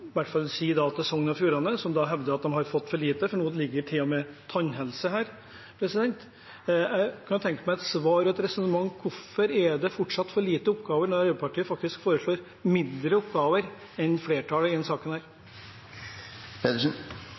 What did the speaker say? hvert fall Sogn og Fjordane, som hevder at de har fått for lite, for nå ligger til og med tannhelse her. Jeg kunne tenke meg et svar og et resonnement: Hvorfor er det fortsatt for lite oppgaver når Arbeiderpartiet faktisk foreslår mindre oppgaver enn flertallet i denne saken?